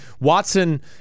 Watson